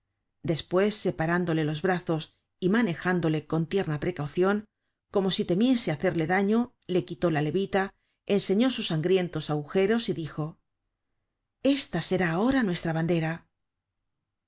despues separándole los brazos y manejándole con tierna precaucion como si temiese hacerle daño le quitó la levita enseño sus sangrientos agujeros y dijo esta será ahora nuestra bandera